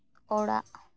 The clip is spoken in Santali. ᱚᱲᱟᱜ